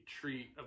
treat